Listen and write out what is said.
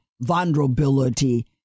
vulnerability